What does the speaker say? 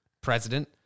president